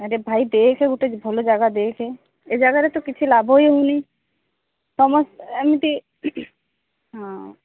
ଆରେ ଭାଇ ଦେଖେ ଗୋଟେ ଭଲ ଜାଗା ଦେଖେ ଏ ଜାଗାରେ ତ କିଛି ଲାଭ ହିଁ ହେଉନି ସମସ୍ତ ଏମିତି ହଁ